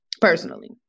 personally